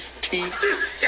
teeth